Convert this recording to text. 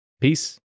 Peace